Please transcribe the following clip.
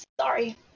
sorry